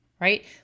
right